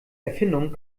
erfindung